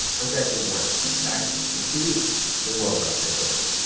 i'm gregory warner, back in two weeks with more rough translation